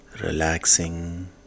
relaxing